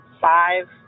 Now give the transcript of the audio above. five